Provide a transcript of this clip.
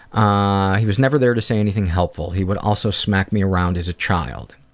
ah he was never there to say anything helpful. he would also smack me around as a child.